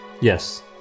Yes